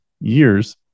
years